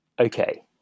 Okay